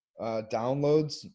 downloads